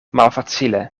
malfacile